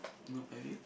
nope have you